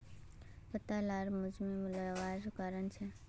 पत्ता लार मुरझे जवार की कारण छे?